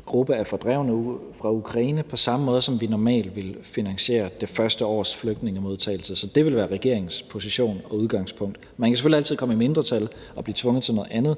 gruppe af fordrevne folk fra Ukraine på samme måde, som vi normalt ville finansiere det første års flygtningemodtagelse. Så det vil være regeringens position og udgangspunkt. Man kan selvfølgelig altid komme i mindretal og blive tvunget til noget andet,